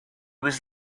was